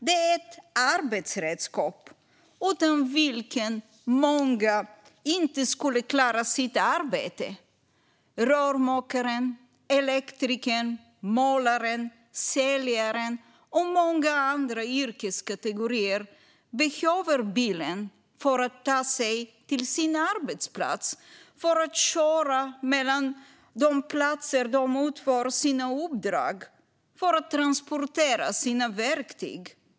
Det är ett arbetsredskap utan vilket många inte skulle klara sitt arbete. Rörmokaren, elektrikern, målaren, säljaren och många andra yrkeskategorier behöver bilen för att ta sig till sin arbetsplats, för att köra mellan de platser där de utför sina uppdrag och för att transportera sina verktyg.